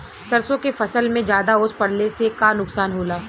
सरसों के फसल मे ज्यादा ओस पड़ले से का नुकसान होला?